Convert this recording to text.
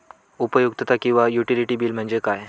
उपयुक्तता किंवा utility bill म्हणजे काय?